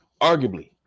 arguably